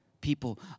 people